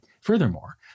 Furthermore